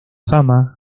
fama